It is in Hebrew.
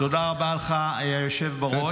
תודה רבה לך, היושב בראש.